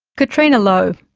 catriona lowe.